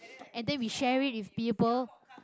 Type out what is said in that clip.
and then we share it with people